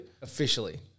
Officially